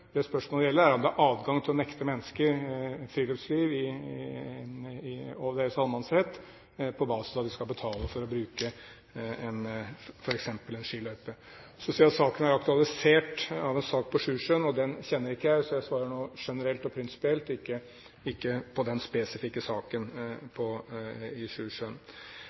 Det spørsmålet gjelder, er om det er adgang til å nekte mennesker friluftsliv og deres allemannsrett på basis av at de skal betale for å bruke f.eks. en skiløype. Saken er aktualisert av en sak på Sjusjøen. Den kjenner ikke jeg, så jeg svarer nå generelt og prinsipielt, ikke på den spesifikke saken på Sjusjøen. Retten til ferdsel og opphold i